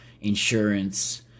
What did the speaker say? insurance